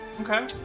Okay